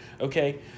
Okay